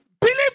Believe